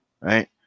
right